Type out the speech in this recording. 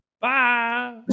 Bye